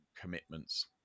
commitments